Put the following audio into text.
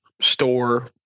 store